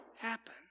happen